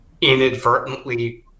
inadvertently